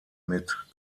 mit